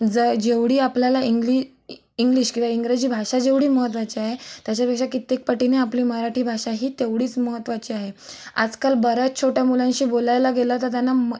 ज जेवढी आपल्याला इंग्लि इ इंग्लिश किंवा इंग्रजी भाषा जेवढी महत्त्वाची आहे त्याच्यापेक्षा कित्येक पटीने आपली मराठी भाषा ही तेवढीच महत्त्वाची आहे आजकाल बऱ्याच छोट्या मुलांशी बोलायला गेला तर त्यांना म